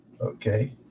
Okay